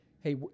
hey